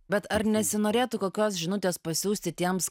bet ar nesinorėtų kokios žinutės pasiųsti tiems